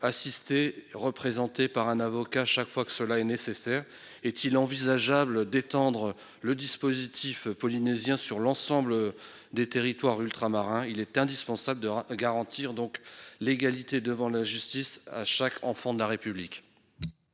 assistés ou représentés par un avocat chaque fois que cela est nécessaire ? Serait-il possible d'étendre le dispositif polynésien à l'ensemble des territoires ultramarins ? Il est indispensable de garantir à chaque enfant de la République